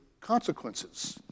consequences